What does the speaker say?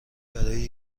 برای